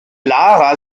lara